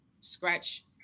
scratch